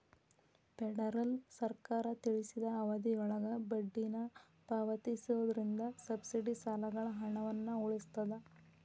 federal ಸರ್ಕಾರ ತಿಳಿಸಿದ ಅವಧಿಯೊಳಗ ಬಡ್ಡಿನ ಪಾವತಿಸೋದ್ರಿಂದ ಸಬ್ಸಿಡಿ ಸಾಲಗಳ ಹಣವನ್ನ ಉಳಿಸ್ತದ